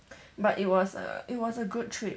but it was a it was a good trip